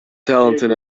talented